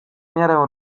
miarę